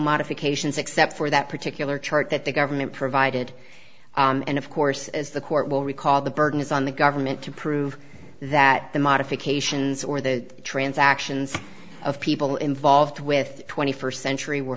modifications except for that particular chart that the government provided and of course as the court will recall the burden is on the government to prove that the modifications or the transactions of people involved with twenty first century were